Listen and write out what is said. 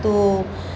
to